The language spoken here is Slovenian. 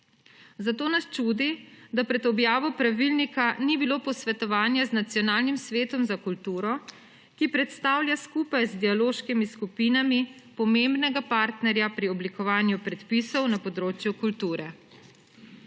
Zato nas čudi, da pred objavo pravilnika ni bilo posvetovanja z Nacionalnim svetom za kulturo, ki predstavlja skupaj z dialoškimi skupinami pomembnega partnerja pri oblikovanju predpisov na področju kulture.